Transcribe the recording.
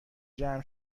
جمع